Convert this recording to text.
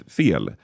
fel